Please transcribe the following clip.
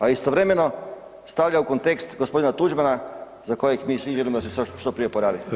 A istovremeno stavlja u kontekst gospodina Tuđmana za kojeg mi svi želimo da se što prije oporavi